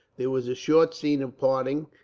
there was a short scene of parting,